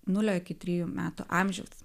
nulio iki trijų metų amžiaus